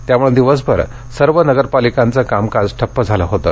त्यामुळं दिवसभर सर्व नगरपालिकांचं कामकाज ठप्प झालं होतं